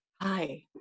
hi